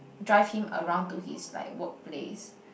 drive him around to his like workplace